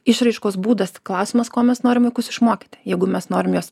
išraiškos būdas klausimas ko mes norim vaikus išmokyti jeigu mes norime juos